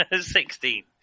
Sixteen